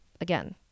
again